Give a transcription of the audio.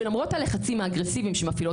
שלמרות הלחצים האגרסיביים שמפעילות